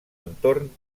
entorn